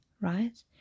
right